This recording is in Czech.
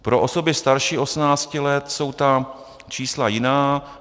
Pro osoby starší 18 let jsou ta čísla jiná.